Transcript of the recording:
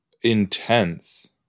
intense